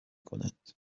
کنند